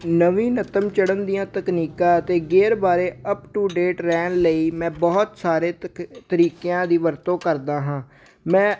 ਨਵੀਨਤਮ ਚੜ੍ਹਨ ਦੀਆਂ ਤਕਨੀਕਾਂ ਅਤੇ ਗੇਅਰ ਬਾਰੇ ਅਪ ਟੂ ਡੇਟ ਰਹਿਣ ਲਈ ਮੈਂ ਬਹੁਤ ਸਾਰੇ ਤਕ ਤਰੀਕਿਆਂ ਦੀ ਵਰਤੋਂ ਕਰਦਾ ਹਾਂ ਮੈਂ